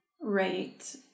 right